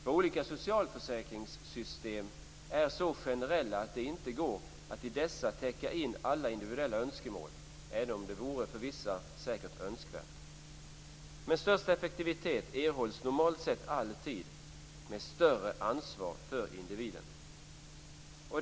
Våra olika socialförsäkringssystem är så generella att det inte går att i dessa täcka in alla individuella önskemål, även om det för vissa säkert vore önskvärt. Största effektivitet erhålls normalt sett alltid med större ansvar för individen.